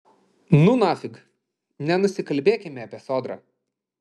nu nafig nenusikalbėkime apie sodrą